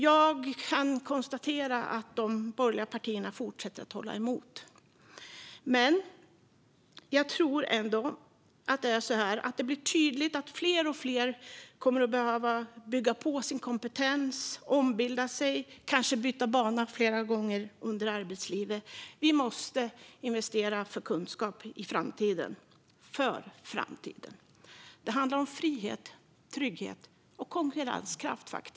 Jag kan konstatera att de borgerliga partierna fortsätter att hålla emot, men jag tror ändå att det blir tydligt att fler och fler kommer att behöva bygga på sin kompetens, omskola sig och kanske byta bana flera gånger under arbetslivet. Vi måste investera i kunskap för framtiden. Det handlar om frihet, trygghet och konkurrenskraft.